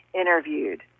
interviewed